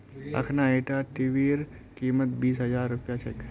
अखना ईटा टीवीर कीमत बीस हजार रुपया छेक